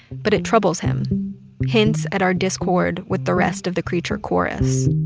but it troubles him hints at our discord with the rest of the creature chorus